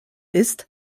ist